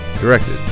directed